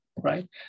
right